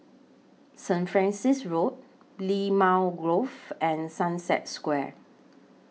Saint Francis Road Limau Grove and Sunset Square